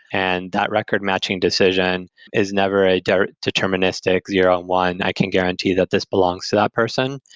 and that record matching decision is never a deterministic zero and one, i can guarantee that this belongs to that person,